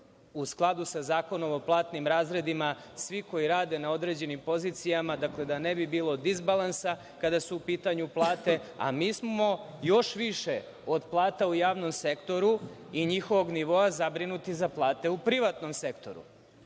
u skladu sa zakonom o platnim razredima svi koji rade na određenim pozicijama, dakle da ne bi bilo disbalansa kada su u pitanju plate. Mi smo još više od plata u javnom sektoru i njihovog nivoa zabrinuti za plate u privatnom sektoru,